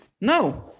No